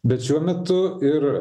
bet šiuo metu ir